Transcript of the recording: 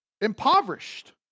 impoverished